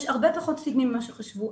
יש הרבה פחות סטיגמה ממה שחשבו.